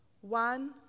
one